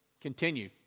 Continue